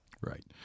Right